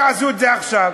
תעשו את זה עכשיו?